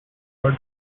are